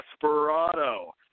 Desperado